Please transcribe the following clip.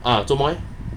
uh 怎么 leh